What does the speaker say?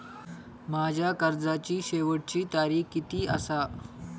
माझ्या कर्जाची शेवटची तारीख किती आसा?